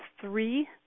three